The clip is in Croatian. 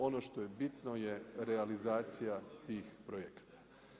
Ono što je bitno je realizacija tih projekata.